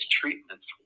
treatments